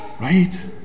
Right